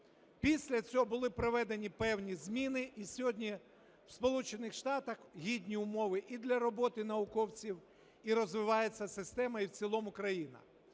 Після цього були проведені певні зміни, і сьогодні в Сполучених Шатах гідні умови і для роботи науковців, і розвивається система, і в цілому країна.